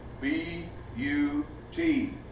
B-U-T